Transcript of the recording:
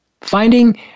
Finding